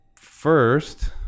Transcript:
first